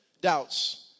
Doubts